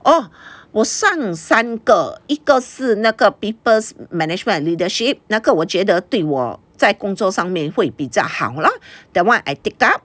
oh 我上三个一个是那个 people's management and leadership 那个我觉得对我在工作上面会比较好 lor that one I take up